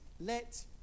let